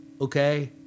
okay